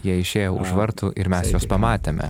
jie išėjo už vartų ir mes juos pamatėme